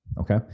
okay